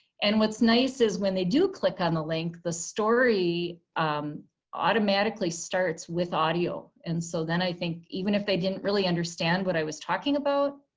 and what's nice is when they do click on the link, the story automatically starts with audio. and so i think even if they didn't really understand what i was talking about,